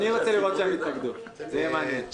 אני רוצה לראות שהם יתנגדו, זה יהיה מעניין.